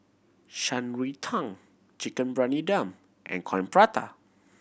Shan Rui Tang Chicken Briyani Dum and Coin Prata